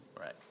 right